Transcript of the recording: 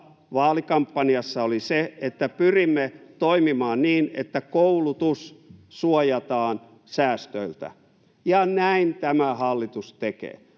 vaalikampanjassa oli se, että pyrimme toimimaan niin, että koulutus suojataan säästöiltä, ja näin tämä hallitus tekee.